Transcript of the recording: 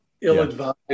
ill-advised